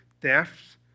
thefts